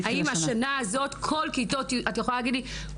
האם את יכולה להגיד לי,